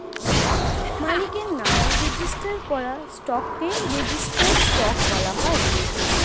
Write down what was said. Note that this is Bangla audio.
মালিকের নামে রেজিস্টার করা স্টককে রেজিস্টার্ড স্টক বলা হয়